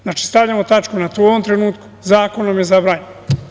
Znači, stavljamo na tačku na to u ovom trenutku, zakonom je zabranjeno.